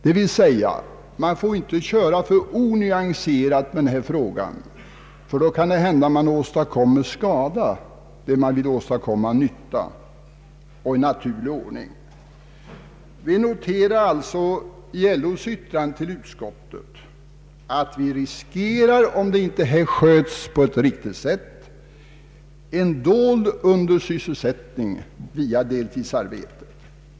Det innebär att man inte får behandla den alltför onyanserat, eftersom man då kan åstadkomma skada där man vill göra nytta. Vi noterar i LO:s yttrande till utskottet att vi, om inte denna fråga sköts på ett riktigt sätt, riskerar en dold undersysselsättning på grund av deltidsarbeten.